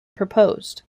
proposed